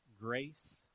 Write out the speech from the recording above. grace